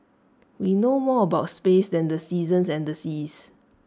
we know more about space than the seasons and the seas